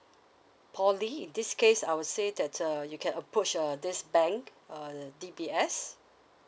poly in this case I would say that uh you can approach uh this bank uh D_B_S